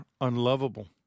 unlovable